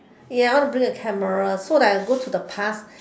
ya I want to bring a camera so that I go to the past